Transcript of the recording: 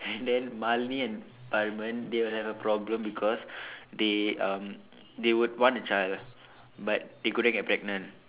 and then Malene and Varman they will have a problem because they um they would want a child but they couldn't get pregnant